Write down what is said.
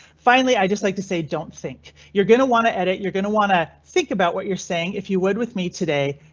finally i just like to say don't think you're going to want to edit. you're going to want to think about what you're saying if you would with me today.